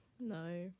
No